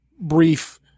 brief